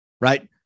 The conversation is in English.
Right